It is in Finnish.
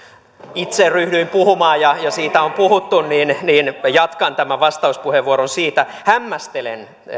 itse ryhdyin puhumaan ja siitä on puhuttu niin niin jatkan tämän vastauspuheenvuoron siitä hämmästelen